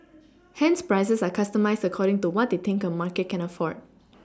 hence prices are customised according to what they think a market can afford